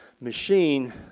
machine